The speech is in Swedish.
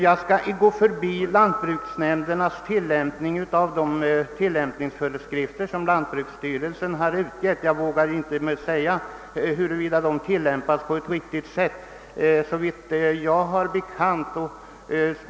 Jag skall gå förbi frågan huruvida lantbruksnämnderna följer de tillämpningsföreskrifter som lantbruksstyrelsen har utfärdat. Jag vågar inte säga om så är fallet.